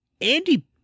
Andy